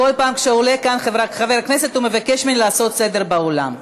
כל פעם שעולה כאן חבר כנסת הוא מבקש ממני לעשות סדר באולם.